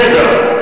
אבל לרגע,